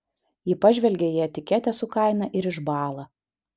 ji pažvelgia į etiketę su kaina ir išbąla